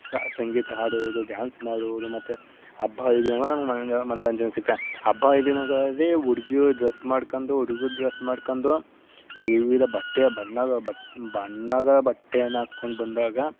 ಸಂಗೀತ ಹಾಡುವುದು ಡ್ಯಾನ್ಸ್ ಮಾಡುವುದು ಮತ್ತೆ ಹಬ್ಬ ಹರಿದಿನಗಳು ನಮ್ಗೆ ಮನೋರಂಜನೆ ಸಿಗ್ತದೆ ಹಬ್ಬ ಹರಿದಿನಗಳಲ್ಲಿ ಹುಡ್ಗೀರು ಡ್ರಸ್ ಮಾಡ್ಕೊಂಡು ಹುಡ್ಗರು ಡ್ರಸ್ ಮಾಡ್ಕೊಂಡು ವಿವಿಧ ಬಟ್ಟೆಯ ಬಣ್ಣಗಳು ಬ ಬಣ್ಣಗಳ ಬಟ್ಟೆಯನ್ನ ಹಾಕ್ಕೊಂಡು ಬಂದಾಗ